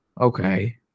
okay